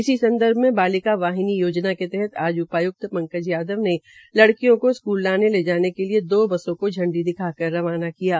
इसी संदर्भ मे बालिका वाहिनी योजना के तहत आज उपाय्क्त पंकज यादव दवारा लड़कियों को स्कूल लाने ले जाने के लिये दो बसों को झंडी दिखाकर रवाना किया गया